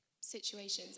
situations